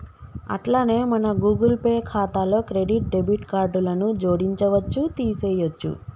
అట్లనే మన Google Pay ఖాతాలో క్రెడిట్ డెబిట్ కార్డులను జోడించవచ్చు తీసేయొచ్చు